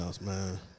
man